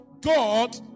God